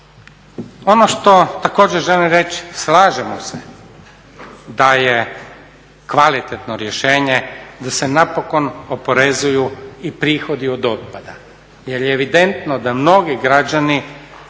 Ono što također želim reći slažemo se da je kvalitetno rješenje da se napokon oporezuju i prihodi od otpada. Jer je evidentno da mnogi građani